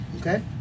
okay